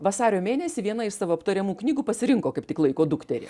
vasario mėnesį viena iš savo aptariamų knygų pasirinko kaip tik laiko dukterį